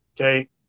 Okay